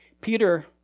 Peter